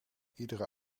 iedere